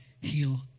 heal